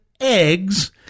eggs